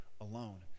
alone